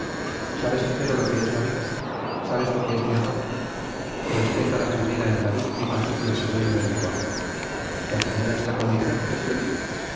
sabes empero lo que es la vida sabes lo que es mi honor respeta la primera en la víctima y el segundo en tu amo te acomoda esta condición